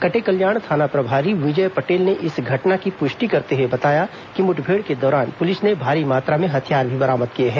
कटेकल्याण थाना प्रभारी विजय पटेल ने इस घटना की पुष्टि करते हुए बताया कि मुठभेड़ के दौरान पुलिस ने भारी मात्रा में हथियार भी बरामद किए हैं